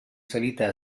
salita